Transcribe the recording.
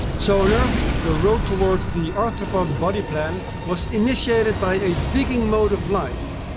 so on earth, the road towards the arthropod body plan was initiated by a digging mode of life.